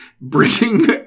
bringing